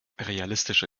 realistische